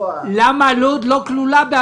לקבוע --- הוא אומר